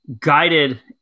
guided